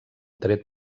tret